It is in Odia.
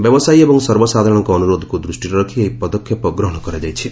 ବ୍ୟବସାୟୀ ଏବଂ ସର୍ବସାଧାରଣଙ୍କ ଅନୁରୋଧକୁ ଦୃଷ୍ଟିରେ ରଖି ଏହି ପଦକ୍ଷେପ ଗ୍ରହଣ କରାଯାଇଛି